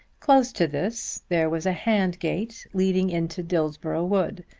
close to this there was a hand-gate leading into dillsborough wood,